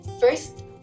First